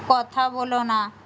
কথা বোলো না